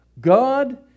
God